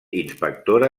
inspectora